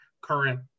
current